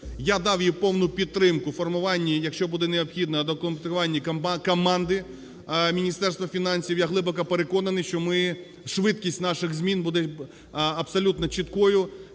Я дав їй повну підтримку у формуванні, якщо буде необхідно, доукомплектування команди Міністерства фінансів. Я глибоко переконаний, що ми… швидкість наших змін буде абсолютно чіткою,